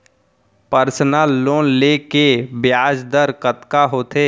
Personal loan ले के ब्याज दर कतका होथे?